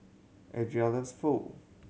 Andria loves Pho